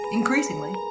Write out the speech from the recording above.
increasingly